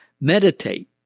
meditate